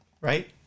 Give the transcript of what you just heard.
Right